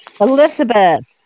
Elizabeth